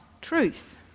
Truth